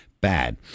bad